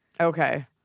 Okay